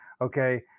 okay